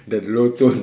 that low tone